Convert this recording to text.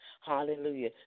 hallelujah